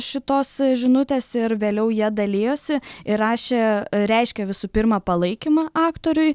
šitos žinutės ir vėliau jie dalijosi ir rašė reiškė visų pirma palaikymą aktoriui